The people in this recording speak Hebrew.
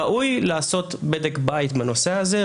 ראוי לעשות בדק בית בנושא הזה.